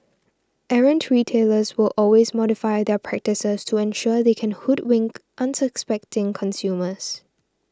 errant retailers will always modify their practices to ensure they can hoodwink unsuspecting consumers